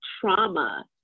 trauma